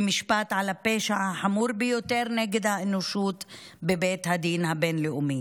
למשפט על הפשע החמור ביותר נגד האנושות בבית הדין הבין-לאומי,